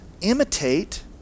imitate